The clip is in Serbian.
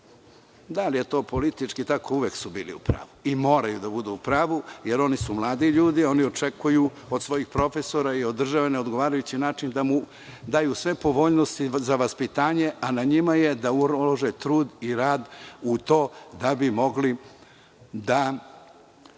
da li je to politički, ali uvek su bili u pravu i moraju da budu u pravu, jer oni su mladi ljudi i očekuju od svojih profesora i od države na odgovarajući način da im daju sve povoljnosti za vaspitanje, a na njima je da ulože trud i rad u to da bi mogli da